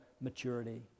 maturity